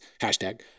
Hashtag